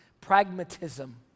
pragmatism